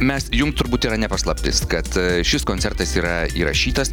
mes jum turbūt yra ne paslaptis kad šis koncertas yra įrašytas